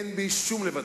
אין בי שום לבטים.